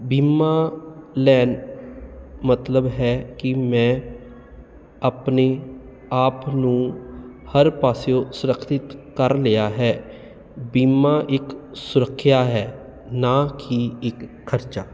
ਬੀਮਾ ਲੈਣ ਮਤਲਬ ਹੈ ਕਿ ਮੈਂ ਆਪਣੀ ਆਪ ਨੂੰ ਹਰ ਪਾਸਿਓ ਸੁਰਖਸ਼ਿਤ ਕਰ ਲਿਆ ਹੈ ਬੀਮਾ ਇੱਕ ਸੁਰੱਖਿਆ ਹੈ ਨਾ ਕਿ ਇਕ ਖਰਚਾ